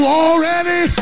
already